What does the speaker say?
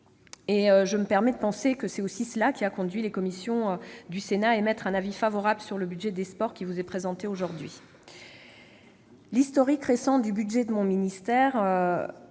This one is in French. Permettez-moi de penser que c'est aussi cela qui a conduit les commissions du Sénat à émettre un avis favorable sur le projet de budget qui vous est présenté aujourd'hui. L'historique récent du budget de mon ministère